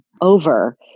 over